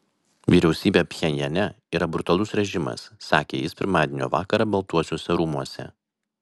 vyriausybė pchenjane yra brutalus režimas sakė jis pirmadienio vakarą baltuosiuose rūmuose